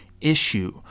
issue